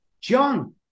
John